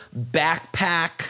backpack